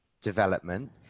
development